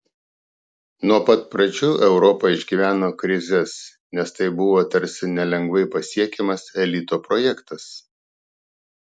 nuo pat pradžių europa išgyveno krizes nes tai buvo tarsi nelengvai pasiekiamas elito projektas